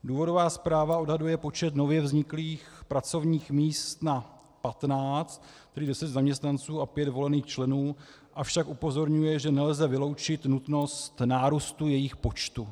Důvodová zpráva odhaduje počet nově vzniklých pracovních míst na 15, prý 10 zaměstnanců a 5 volených členů, avšak upozorňuje, že nelze vyloučit nutnost nárůstu jejich počtu.